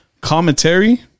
Commentary